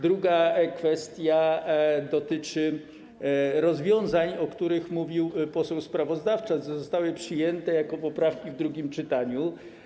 Druga kwestia dotyczy rozwiązań, o których mówił poseł sprawozdawca, że zostały przyjęte jako poprawki w drugim czytaniu.